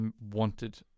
wanted